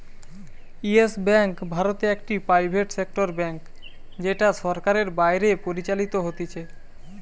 yes Bank ভারতে একটি private sector bank যেটা সরকারের বাইরে পরিচালিত হতিছে